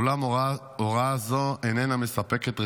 אולם הוראה זו איננה מספקת.